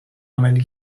عملی